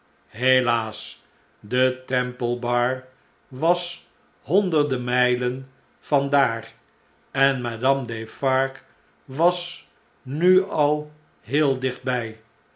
dan de templebar helaas detemplebar was honderden mjjlen van daar en madame defarge was nu al heel dicht